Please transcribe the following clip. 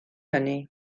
hynny